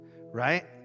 Right